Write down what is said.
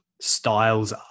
Styles